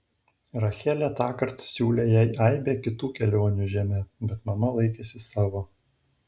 rachelė tąkart siūlė jai aibę kitų kelionių žeme bet mama laikėsi savo